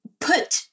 put